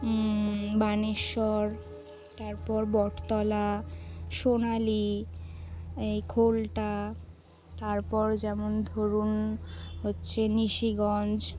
বানেশ্বর তারপর বটতলা সোনালি এই খোল্টা তারপর যেমন ধরুন হচ্ছে নিশিগঞ্জ